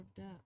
up